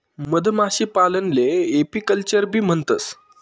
मधमाशीपालनले एपीकल्चरबी म्हणतंस